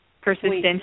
persistence